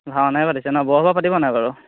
ভাওনাই পাতিছে ন বৰসভা পাতিব নাই বাৰু